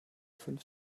fünf